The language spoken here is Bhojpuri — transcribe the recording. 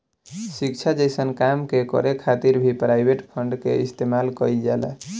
शिक्षा जइसन काम के करे खातिर भी प्राइवेट फंड के इस्तेमाल कईल जाला